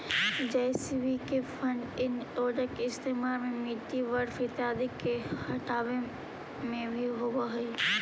JCB के front end loader के इस्तेमाल मिट्टी, बर्फ इत्यादि के हँटावे में भी होवऽ हई